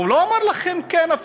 הוא אפילו לא אמר לכם כן,